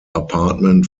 apartment